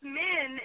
men